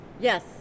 Yes